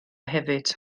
hefyd